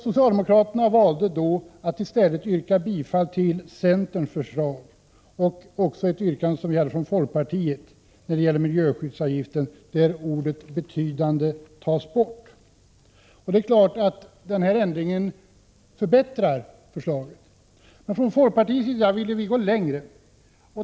Socialdemokraterna valde då att i stället yrka bifall till centerns förslag och biträda ett yrkande från oss i folkpartiet om miljöskyddsavgiften, där ordet ”betydande” tas bort. Det är klart att denna ändring förbättrade förslaget. Men från folkpartiets sida ville vi gå längre.